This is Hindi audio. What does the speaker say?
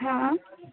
हाँ